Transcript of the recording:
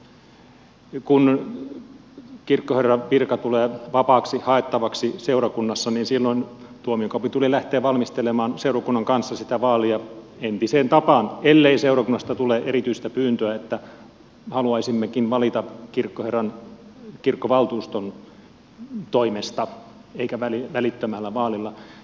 kun kirkkoherran virka tulee vapaaksi haettavaksi seurakunnassa niin silloin tuomiokapituli lähtee valmistelemaan seurakunnan kanssa sitä vaalia entiseen tapaan ellei seurakunnasta tule erityistä pyyntöä että haluaisimmekin valita kirkkoherran kirkkovaltuuston toimesta emmekä välittömällä vaalilla